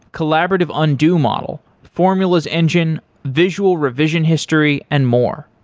collaborative undo model formulas engine, visual revision history and more.